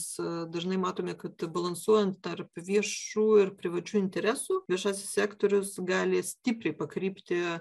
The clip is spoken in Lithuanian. s dažnai matome kad balansuojant tarp viešų ir privačių interesų viešasis sektorius gali stipriai pakrypti